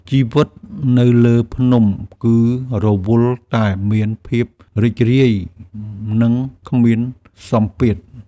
ជីវិតនៅលើភ្នំគឺរវល់តែមានភាពរីករាយ និងគ្មានសម្ពាធ។